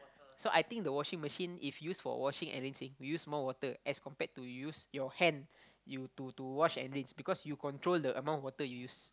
so I think the washing machine if use for washing and rinsing use more water as compared to use your hand you to to wash and rinse because you control the amount of water you use